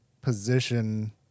position